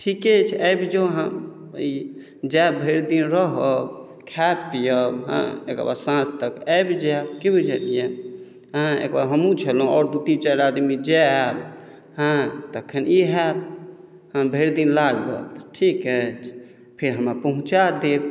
ठीके अछि आबि जाउ अहाँ ई जायब भरि दिन रहब खायब पीयब हँ तकर बाद साँझ तक आबि जायब की बुझलियै हँ हमहूँ छलहुँ आओर दू तीन चारि आदमी जायब हँ तखन ई होयत भरि दिन लागत ठीक अछि फेर हमरा पहुँचा देब